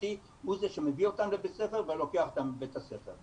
בטיחותי שהוא זה מביא אותם לבית הספר ולוקח אותם מבית הספר.